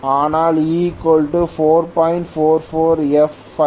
ஆனால் E4